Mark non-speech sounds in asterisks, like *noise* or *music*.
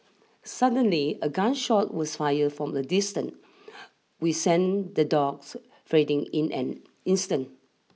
suddenly a gun shot was fired from a distant *noise* we sent the dogs freeding in an instant